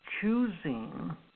choosing